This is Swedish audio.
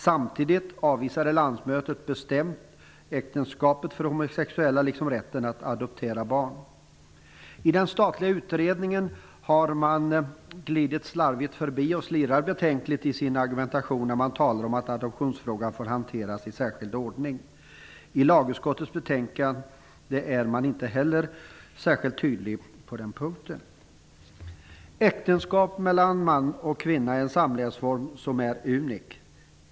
Samtidigt avvisade landsmötet bestämt äktenskapet för homosexuella liksom rätten att adoptera barn. I den statliga utredningen har man slarvigt glidit förbi och slirar betänkligt i sin argumentation, när man talar om att adoptionsfrågan får hanteras i särskild ordning. Inte heller i lagutskottets betänkande är man särskilt tydlig på den punkten. Äktenskapet mellan man och kvinna är en samlevnadsform som är unik.